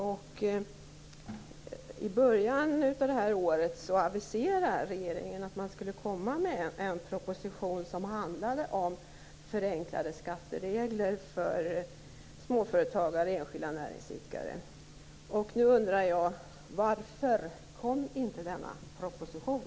I början av det här året aviserade regeringen att man skulle lägga fram en proposition som handlade om förenklade skatteregler för småföretagare och enskilda näringsidkare. Nu undrar jag: Varför kom inte denna proposition?